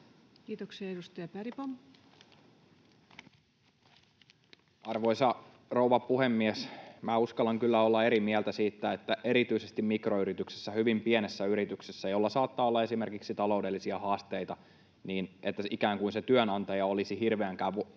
Kiitoksia. — Edustaja Bergbom. Arvoisa rouva puhemies! Minä uskallan kyllä olla eri mieltä siitä, että — erityisesti mikroyrityksissä, hyvin pienessä yrityksessä, jolla saattaa olla esimerkiksi taloudellisia haasteita — se työnantaja olisi ikään kuin hirveän